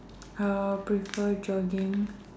uh prefer jogging